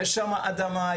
יש שמה אדמה,